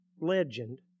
legend